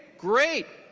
great.